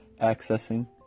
accessing